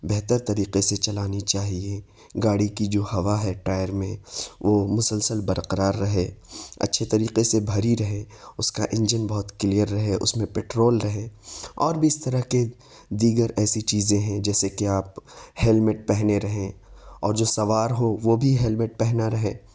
بہتر طریقے سے چلانی چاہیے گاڑی کی جو ہوا ہے ٹائر میں وہ مسلسل برقرار رہے اچھے طریقے سے بھری رہے اس کا انجن بہت کلیئر رہے اس میں پیٹرول رہے اور بھی اس طرح کے دیگر ایسی چیزیں ہیں جیسے کہ آپ ہیلمیٹ پہنے رہیں اور جو سوار ہو وہ بھی ہیلمیٹ پہنا رہے